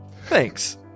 thanks